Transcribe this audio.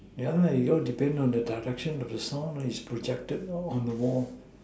yeah lah it all depends on the Direction of the song loh is projected onto the wall